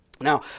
Now